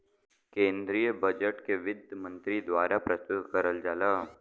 केन्द्रीय बजट के वित्त मन्त्री द्वारा प्रस्तुत करल जाला